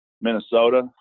Minnesota